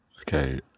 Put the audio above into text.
Okay